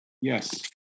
Yes